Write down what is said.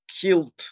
killed